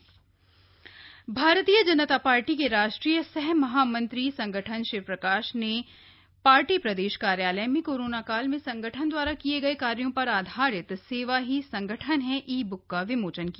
सेवा ही संगठन e book Bharatiya Janata Party के राष्ट्रीय सह महामंत्री संगठन शिवप्रकाश ने पार्टी प्रदेश कार्यालय में कोरोना काल में संगठन दवारा किये कार्यो पर आधारित सेवा ही संगठन है ई ब्क का विमोचन किया